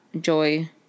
joy